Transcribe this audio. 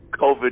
COVID